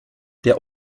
der